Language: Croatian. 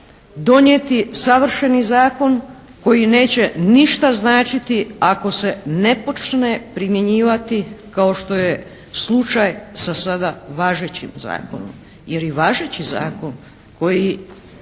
donijeti savršeni zakon koji neće ništa značiti ako se ne počne primjenjivati kao što je slučaj sa sada važećim Zakonom. Jer i važeći Zakon koji